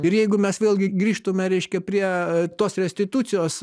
ir jeigu mes vėlgi grįžtume reiškia prie tos restitucijos